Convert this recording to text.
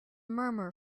murmur